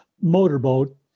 motorboat